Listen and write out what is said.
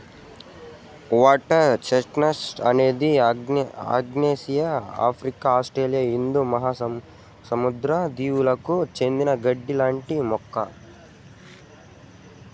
water chestnut అనేది ఆగ్నేయాసియా, Africa, Australia హిందూ మహాసముద్ర దీవులకు చెందిన గడ్డి లాంటి మొక్క